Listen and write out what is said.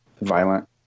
violent